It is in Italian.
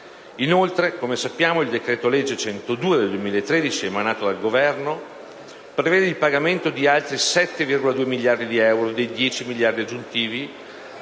Inoltre, come sappiamo, il decreto-legge n. 102 del 2013, emanato dal Governo il 31 agosto scorso, prevede il pagamento di altri 7,2 miliardi di euro dei 10 miliardi aggiuntivi